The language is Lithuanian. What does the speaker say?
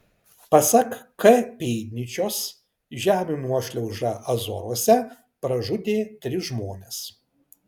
pasak k pėdnyčios žemių nuošliauža azoruose pražudė tris žmones